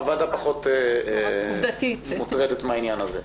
הוועדה פחות מוטרדת מהעניין הזה.